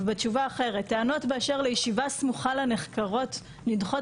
תשובה אחרת: "טענות באשר לישיבה סמוכה לנחקרות נדחות